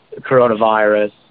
coronavirus